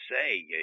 say